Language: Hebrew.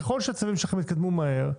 ככל שהצווים שלכם שיתקדמו מהר,